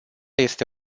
este